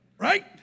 Right